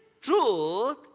truth